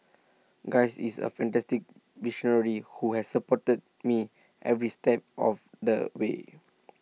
guy is A fantastic visionary who has supported me every step of the way